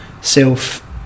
self